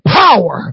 power